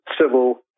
civil